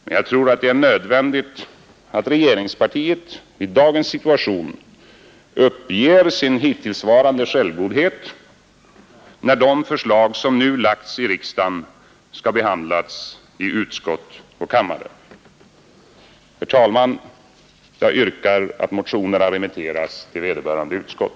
Men jag tror att det är nödvändigt att regeringspartiet i dagens situation uppger sin hittillsvarande självgodhet, när de förslag som nu lagts i riksdagen skall behandlas i utskott och kammare. Herr talman! Jag yrkar att motionerna remitteras till vederbörande utskott.